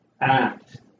act